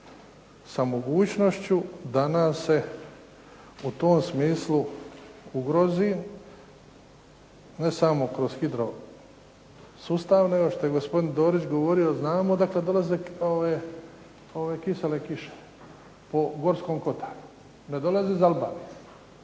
sa mogućnošću da nas se u tom smislu ugrozi ne samo kroz hidro sustav nego što je gospodin Dorić govorio znamo odakle dolaze ove kisele kiše? Po Gorskom Kotaru. Ne dolaze iz Albanije.